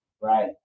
Right